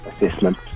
assessment